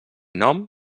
nom